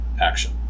action